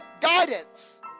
guidance